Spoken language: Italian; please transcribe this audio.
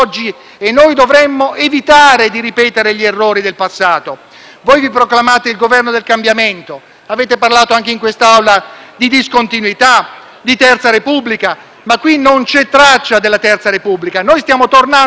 Vi proclamate il Governo del cambiamento, avete parlato anche in quest'Aula di discontinuità, di Terza Repubblica, ma qui di essa non c'è traccia: stiamo tornando nella peggiore stagione della Prima Repubblica del Paese.